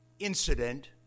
Incident